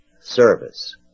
service